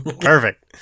Perfect